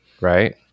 Right